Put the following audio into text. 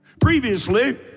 Previously